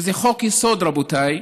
וזה חוק-יסוד, רבותיי,